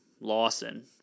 Lawson